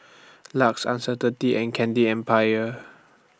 LUX and Certainty and Candy Empire